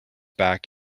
back